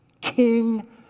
King